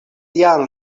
ian